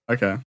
Okay